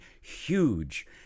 huge